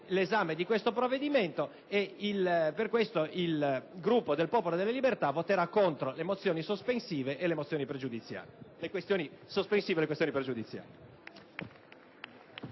l'esame di tale provvedimento e per questo il Gruppo del Popolo della Libertà voterà contro le questioni sospensive e pregiudiziali.